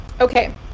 okay